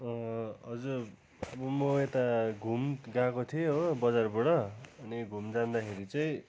हजुर अब म यता घुम गएको थिएँ हो बजारबाट अनि घुम जाँदाखेरि चाहिँ